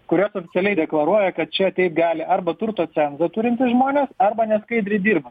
kurios oficialiai deklaruoja kad čia ateit gali arba turto cenzą turintys žmonės arba neskaidriai dirba